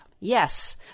Yes